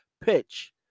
pitch